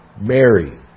Mary